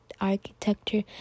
architecture